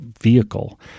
vehicle